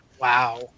wow